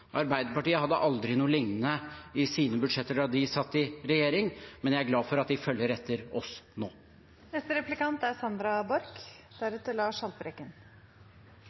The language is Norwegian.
Arbeiderpartiet hadde aldri noe lignende i sine budsjetter da de satt i regjering, men jeg er glad for at de følger etter oss